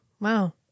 Wow